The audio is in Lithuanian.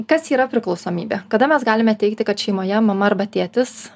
kas yra priklausomybė kada mes galime teigti kad šeimoje mama arba tėtis